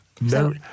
No